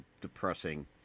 depressing